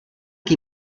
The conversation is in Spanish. que